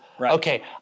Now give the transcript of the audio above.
okay